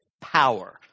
power